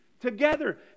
together